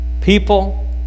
people